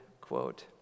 quote